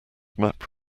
map